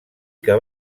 que